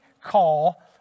call